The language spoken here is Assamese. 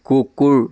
কুকুৰ